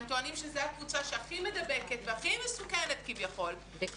הם טוענים כביכול שזאת הקבוצה שהכי מדבקת והכי מסוכנת שמדינת